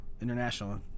international